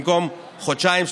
במקום חודשיים,